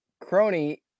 Crony